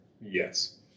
yes